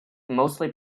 mostly